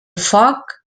foc